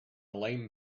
lame